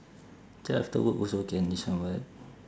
actually after work also can listen [what]